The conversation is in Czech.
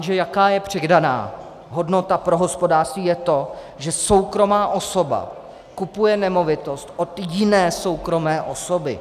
Jenže jaká přidaná hodnota pro hospodářství je to, že soukromá osoba kupuje nemovitost od jiné soukromé osoby?